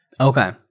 Okay